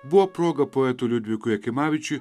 buvo proga poetui liudvikui jakimavičiui